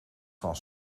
van